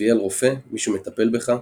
צביאל רופא, מישהו מטפל בך,